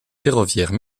ferroviaires